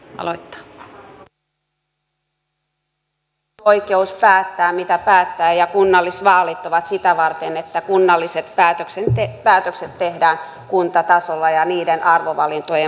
kunnilla on oikeus päättää mitä päättävät ja kunnallisvaalit ovat sitä varten että kunnalliset päätökset tehdään kuntatasolla ja niiden arvovalintojen pohjalta